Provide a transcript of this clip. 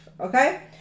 Okay